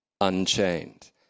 unchained